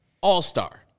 all-star